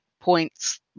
points